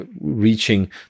reaching